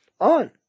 On